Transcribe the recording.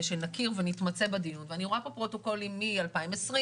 שנכיר ונתמצא בדיון ואני רואה פה פרוטוקולים מ-2020,